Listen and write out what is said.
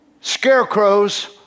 Scarecrows